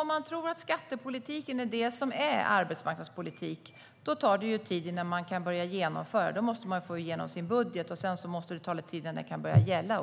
Om man tror att skattepolitiken är det som är arbetsmarknadspolitik tar det förstås tid innan man kan börja genomföra något. Då måste man först få igenom sin budget, och sedan tar det lite tid innan den kan börja gälla.